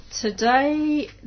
today